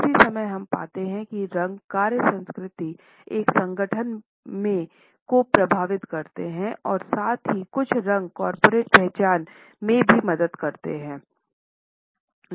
उसी समय हम पाते हैं कि रंग कार्य संस्कृति एक संगठन में को प्रभावित करते हैं और साथ ही कुछ रंग कॉर्पोरेट पहचान में भी मदद करते है